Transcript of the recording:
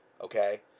okay